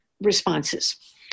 responses